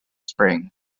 spring